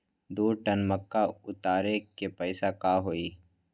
दो टन मक्का उतारे के पैसा का होई?